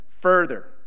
further